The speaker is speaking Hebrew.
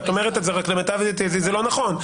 את אומרת את זה אבל למיטב ידיעתי זה לא נכון.